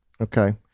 Okay